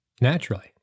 naturally